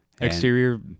Exterior